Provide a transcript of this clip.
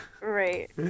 Right